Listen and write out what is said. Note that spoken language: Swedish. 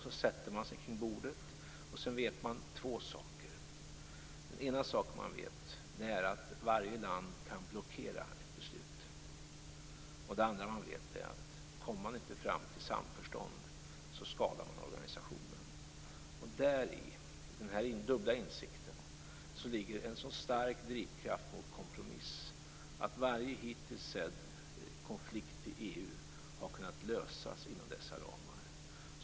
Så sätter man sig kring bordet, och så vet man två saker. Det ena är att varje land kan blockera ett beslut. Det andra är att kommer man inte fram till ett samförstånd skadar man organisationen. I denna dubbla insikten ligger en så stark drivkraft mot kompromiss att varje hittills sedd konflikt i EU har kunnat lösas inom dessa ramar.